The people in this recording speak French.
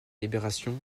libération